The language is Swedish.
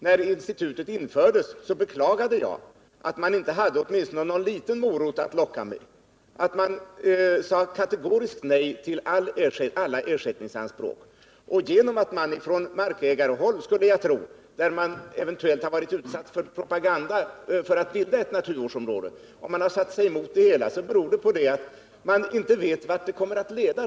När institutet infördes, beklagade jag att man inte hade åtminstone någon liten morot att locka med, att man sade kategoriskt nej till alla ersättningsanspråk. När markägare, som eventuellt har varit utsatta för propaganda för att bilda ett naturvårdsområde, har satt sig emot det hela, beror det på, tror jag, att man ännu inte riktigt vet vart det kommer att leda.